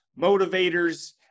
motivators